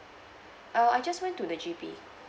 err I just went to the G_P